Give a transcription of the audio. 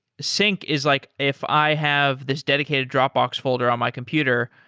sync is like if i have this dedicated dropbox folder on my computer,